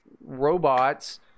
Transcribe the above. robots